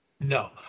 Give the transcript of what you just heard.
no